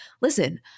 listen